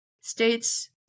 States